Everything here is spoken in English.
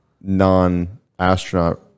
non-astronaut